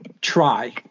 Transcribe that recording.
try